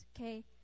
okay